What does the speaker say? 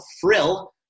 frill